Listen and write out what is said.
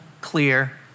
clear